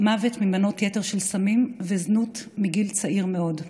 מוות ממנות יתר של סמים וזנות מגיל צעיר מאוד.